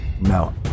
No